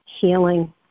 healing